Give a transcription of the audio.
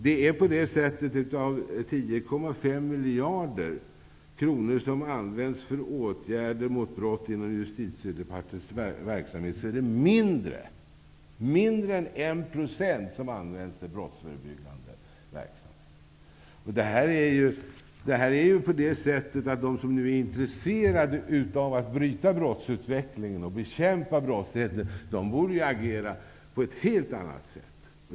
Justitiedepartementets verksamhetsområde används för åtgärder mot brott är det mindre än 1 % som används till brottsförebyggande verksamhet. De som nu är intresserade av att bryta brottsutvecklingen och bekämpa brottsligheten borde agera på ett helt annat sätt.